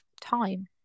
time